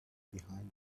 behind